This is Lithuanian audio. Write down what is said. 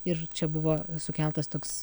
ir čia buvo sukeltas toks